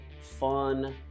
fun